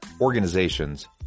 organizations